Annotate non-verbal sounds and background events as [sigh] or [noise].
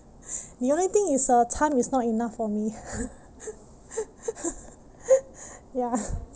the only thing is uh time is not enough for me [laughs] ya